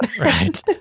right